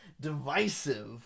Divisive